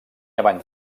abans